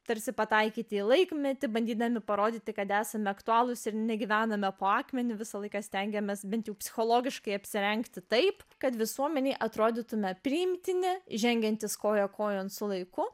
tarsi pataikyti į laikmetį bandydami parodyti kad esame aktualūs ir negyvename po akmeniu visą laiką stengiamės bent jau psichologiškai apsirengti taip kad visuomenei atrodytume priimtini žengiantys koja kojon su laiku